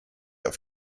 auf